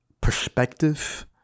perspective